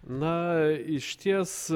na išties